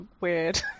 weird